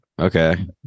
Okay